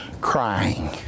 crying